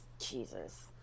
Jesus